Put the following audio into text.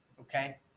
Okay